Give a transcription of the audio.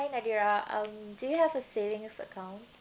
hi nadira um do you have a savings account